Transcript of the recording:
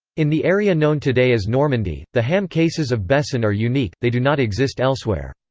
in the area known today as normandy, the ham cases of bessin are unique they do not exist elsewhere.